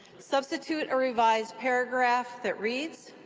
substitute a revised paragraph that reads